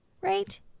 right